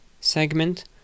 segment